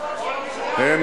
ביטלת עכשיו,